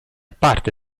parte